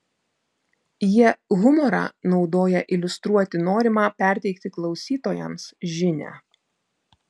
jie humorą naudoja iliustruoti norimą perteikti klausytojams žinią